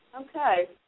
Okay